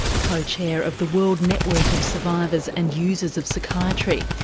co-chair of the world network of survivors and users of psychiatry.